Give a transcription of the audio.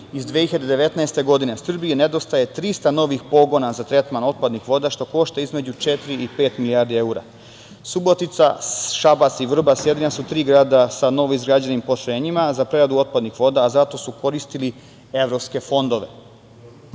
iz 2019. godine, Srbiji nedostaje 300 novih pogona za tretman otpadnih voda, što košta između četiri i pet milijardi evra. Subotica, Šabac i Vrbas su jedina tri grada sa novoizgrađenim postrojenjima za preradu otpadnih voda, a za to su koristili evropske fondove.U